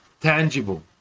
tangible